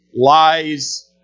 lies